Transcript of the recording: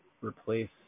replace